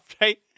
right